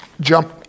jump